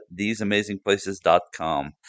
theseamazingplaces.com